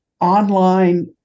online